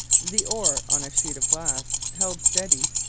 the ore on a sheet of glass, held steady,